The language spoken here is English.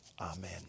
Amen